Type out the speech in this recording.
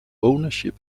ownership